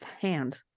hand